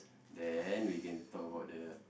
then we can talk about the